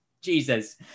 Jesus